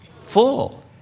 Full